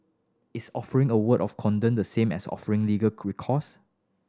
is offering a word of condolence the same as offering legal recourse